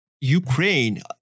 Ukraine